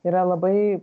yra labai